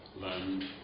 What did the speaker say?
land